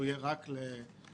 שיהיה רק לנוחתים?